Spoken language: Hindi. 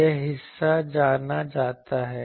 यह हिस्सा जाना जाता है